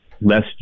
less